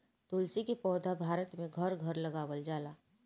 तुलसी के पौधा भारत में घर घर लगावल जाला